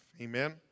Amen